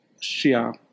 Shia